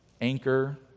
anchor